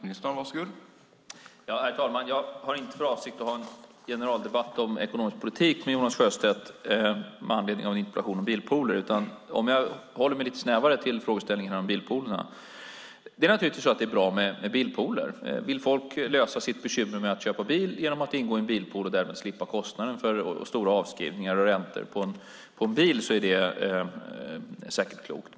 Herr talman! Jag har inte för avsikt att föra en generaldebatt om ekonomisk politik med Jonas Sjöstedt med anledning av en interpellation om bilpooler utan tänker hålla mig lite snävare till frågeställningarna om bilpoolerna. Det är naturligtvis bra med bilpooler. Vill folk lösa sitt bekymmer med att köpa bil genom att ingå i en bilpool och därmed slippa kostnaden, stora avskrivningar och räntor på en bil är det säkert klokt.